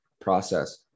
process